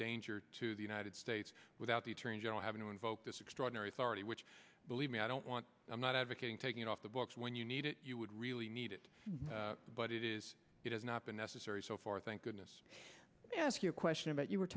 danger to the united states without the attorney general having to invoke this extraordinary authority which believe me i don't want i'm not advocating taking it off the books when you need it you would really need it but it is it has not been necessary so far thank goodness i ask you a question about you were